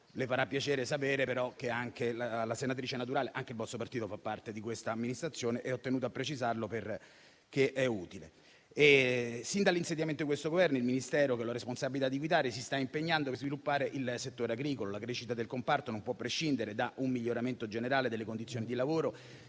Le farà piacere sapere, senatrice Naturale, che anche il vostro partito fa parte di questa amministrazione. Ho tenuto a precisarlo, perché è utile. Sin dall'insediamento di questo Governo, il Ministero che ho la responsabilità di guidare si sta impegnando per sviluppare il settore agricolo. La crescita del comparto non può prescindere da un miglioramento generale delle condizioni di lavoro,